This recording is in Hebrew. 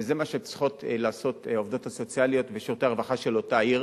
וזה מה שצריכים לעשות העובדות הסוציאליות ושירותי הרווחה של אותה עיר.